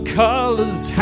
colors